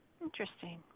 Interesting